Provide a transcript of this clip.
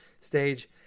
stage